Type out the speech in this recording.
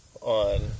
on